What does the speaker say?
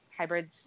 Hybrids